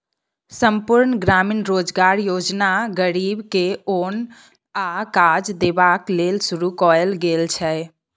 संपुर्ण ग्रामीण रोजगार योजना गरीब के ओन आ काज देबाक लेल शुरू कएल गेल छै